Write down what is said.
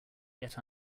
yet